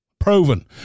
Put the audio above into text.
proven